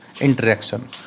interaction